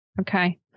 Okay